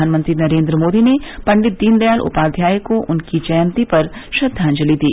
प्रधानमंत्री नरेन्द्र मोदी ने पंडित दीनदयाल उपाध्याय को उनकी जयंती पर श्रद्वांजलि दी